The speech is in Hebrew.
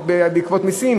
בעקבות מסים,